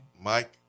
Mike